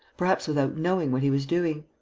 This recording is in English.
perhaps without knowing what he was doing.